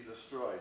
destroyed